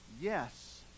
Yes